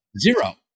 zero